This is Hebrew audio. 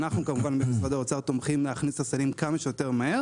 אנו כמובן במשרד האוצר תומכים להכניס את הסלים כמה שיותר מהר